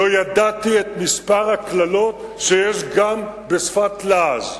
לא ידעתי את מספר הקללות שיש גם בשפת לעז.